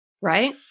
Right